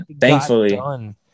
thankfully